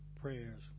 prayers